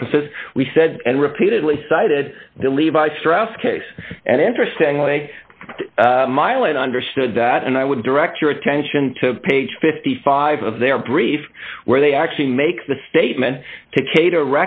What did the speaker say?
purposes we said and repeatedly cited the levi strauss case an interesting way milan understood that and i would direct your attention to page fifty five of their brief where they actually make the statement to cater